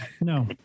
No